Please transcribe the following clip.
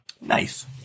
Nice